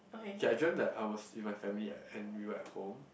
okay I dream that I was in my family and Henry right at home